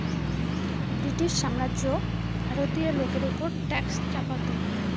British সাম্রাজ্য ভারতীয় লোকের ওপর ট্যাক্স চাপাতো